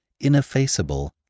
ineffaceable